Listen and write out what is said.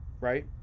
right